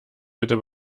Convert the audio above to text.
bitte